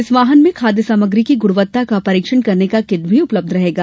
इस वाहन में खाद्य सामग्री की गुणवत्ता का परीक्षण करने का किट भी उपलब्ध रहेगा